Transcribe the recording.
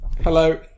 Hello